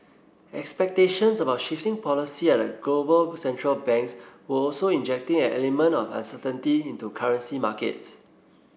expectations about shifting policy at global central banks were also injecting an element of uncertainty into currency markets